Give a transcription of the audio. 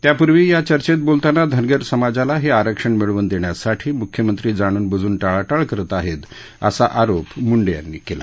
त्यापूर्वी या चर्चेत बोलताना धनगर समाजाला हे आरक्षण मिळवून देण्यासाठी म्ख्यमंत्री जाणूनब्जून टाळाटाळ करत आहेत असा आरोप मुंडे यांनी केला